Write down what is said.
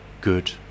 good